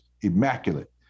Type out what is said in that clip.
immaculate